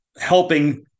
helping